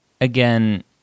again